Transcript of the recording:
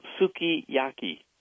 sukiyaki